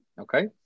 okay